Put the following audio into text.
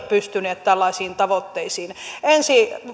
pystynyt tällaisiin tavoitteisiin ensi